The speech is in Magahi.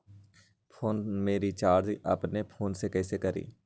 फ़ोन में रिचार्ज अपने ही फ़ोन से कईसे करी?